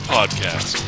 Podcast